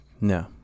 no